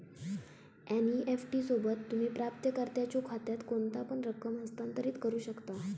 NEFT सोबत, तुम्ही प्राप्तकर्त्याच्यो खात्यात कोणतापण रक्कम हस्तांतरित करू शकता